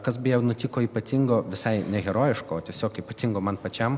kas beje nutiko ypatingo visai neherojiško o tiesiog ypatingo man pačiam